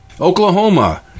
Oklahoma